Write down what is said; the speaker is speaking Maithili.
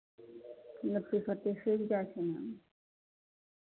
कतेक कतेक सड़ि जाइ छै ने